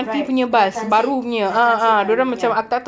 right the transit the transit one ya